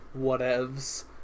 whatevs